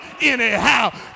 anyhow